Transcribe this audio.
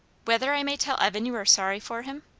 whether i may tell evan you are sorry for him?